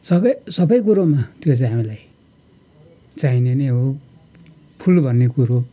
सकै सबै कुरोमा त्यो चाहिँ हामीलाई चाहिने नै हो फुल भन्ने कुरो